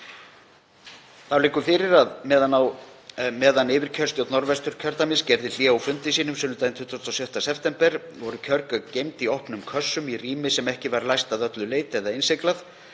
Þá liggur fyrir að á meðan yfirkjörstjórn Norðvesturkjördæmis gerði hlé á fundi sínum sunnudaginn 26. september 2021 voru kjörgögn geymd í opnum kössum í rými sem ekki var læst að öllu leyti eða innsiglað